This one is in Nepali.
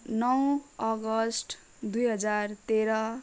नौ अगस्त दुई हजार तेह्र